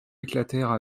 éclatèrent